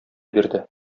бирде